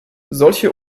solche